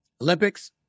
Olympics